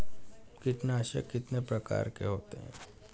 कीटनाशक कितने प्रकार के होते हैं?